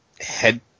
head